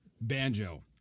Banjo